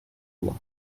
lois